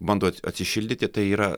bando atsi atsišildyti tai yra